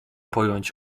pojąć